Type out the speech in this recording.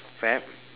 fad